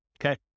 okay